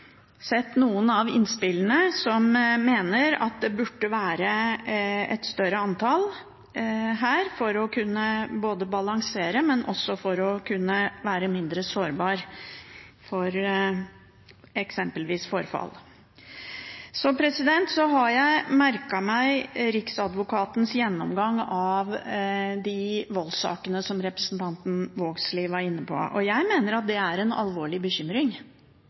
sett noen av innspillene der man mener at det burde være et større antall her – både for å balansere og for å være mindre sårbar for eksempelvis forfall. Jeg har merket meg Riksadvokatens gjennomgang av voldssaker, som representanten Vågslid var inne på. Jeg mener at det er en alvorlig bekymring